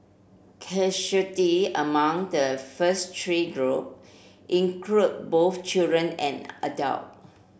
casualty among the first three group include both children and adult